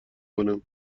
کنم